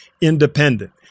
independent